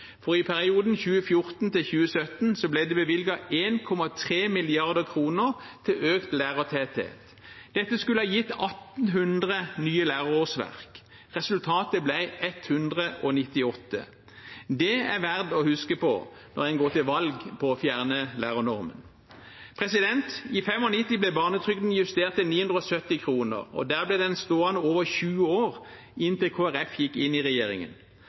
til økt lærertetthet. Dette skulle ha gitt 1 800 nye lærerårsverk. Resultatet ble 198. Det er verdt å huske på når en går til valg på fjerne lærernormen. I 1995 ble barnetrygden justert til 970 kr, og der ble den stående i over 20 år, inntil Kristelig Folkeparti gikk inn i